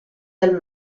del